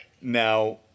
Now